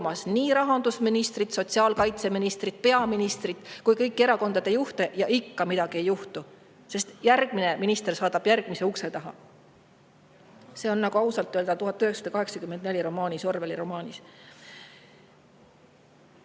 nii rahandusministrit, sotsiaalkaitseministrit, peaministrit kui ka kõiki erakondade juhte. Ja ikka midagi ei juhtu, sest järgmine minister saadab järgmise ukse taha. See on ausalt öelda nagu Orwelli romaanis